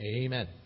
Amen